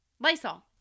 Lysol